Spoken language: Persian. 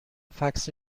فکس